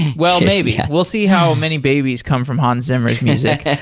well, maybe. we'll see how many babies come from hans zimmer s music. yeah.